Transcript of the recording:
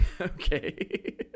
Okay